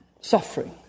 suffering